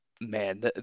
man